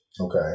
Okay